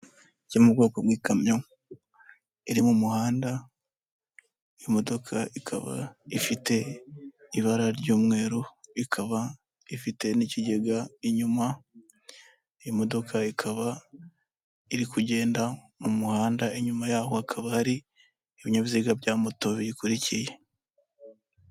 Cyo mu bwoko bw'ikamyo iri mu muhanda, imodoka ikaba ifite ibara ry'umweru ikaba ifite n'ikigega inyuma, iyi modoka ikaba iri kugenda mu muhanda inyuma yaho hakaba hari ibinyabiziga bya moto bikurikiye.